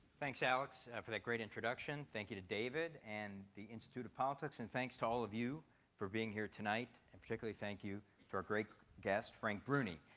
thanks, alex, for that great introduction. thank you to david and the institute of politics. and thanks to all of you for being here tonight. and particularly thank you for our great guest, frank bruni.